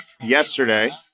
yesterday